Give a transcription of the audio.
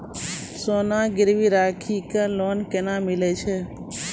सोना गिरवी राखी कऽ लोन केना मिलै छै?